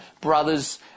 brothers